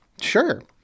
Sure